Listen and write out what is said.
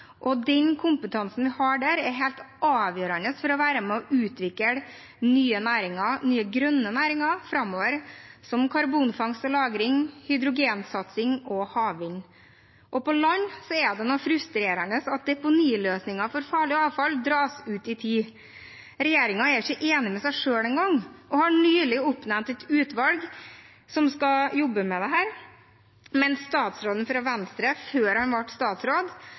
og den kompetansen vi har der, er helt avgjørende for å være med og utvikle nye grønne næringer framover, som karbonfangst og -lagring, hydrogensatsing og havvind. På land er det nå frustrerende at deponiløsningen for farlig avfall dras ut i tid. Regjeringen er ikke engang enig med seg selv og har nylig oppnevnt et utvalg som skal jobbe med dette. Mens statsråden fra Venstre – før han ble statsråd